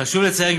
חשוב לציין,